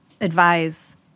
advise